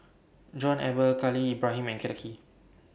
John Eber Khalil Ibrahim and Kenneth Kee